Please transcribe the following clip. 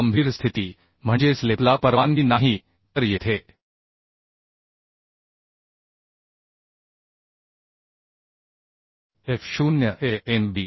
गंभीर स्थितीत पडलेले पहिले प्रकरण तर याचा अर्थ स्लिपला परवानगी नाही स्लिप गंभीर स्थिती म्हणजे स्लिपला परवानगी नाही तर येथे एफ0 हे Anb